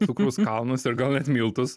cukraus kalnus ir gal net miltus